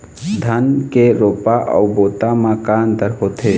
धन के रोपा अऊ बोता म का अंतर होथे?